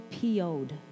PO'd